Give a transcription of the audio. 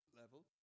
level